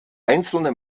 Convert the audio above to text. einzelne